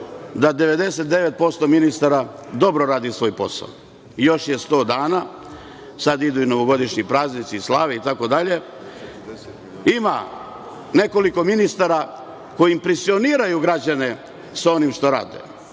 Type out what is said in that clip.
da 99% ministara dobro radi svoj posao. Još je 100 dana, sada idu i novogodišnji praznici i slave itd. Ima nekoliko ministara koji impresioniraju građane onim što rade.